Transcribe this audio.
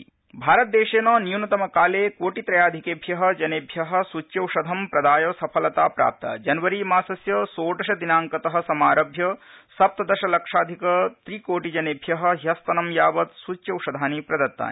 Covid स्च्यौषधम् भारतदेशेन न्यूनतमकाले कोटित्रयाधिकेभ्यः जनेभ्यः सूच्यौषधं प्रदाय सफलता प्राप्ताजनवरी मासस्य षोडशदिनांकतः समारभ्य सप्तदशलक्षाधिक त्रिकोटिनजेभ्यः ह्यस्तनं यावत् सूच्यौषधानि प्रदत्तानि